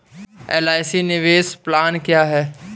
LIC निवेश plan क्या है?